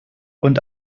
und